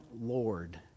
Lord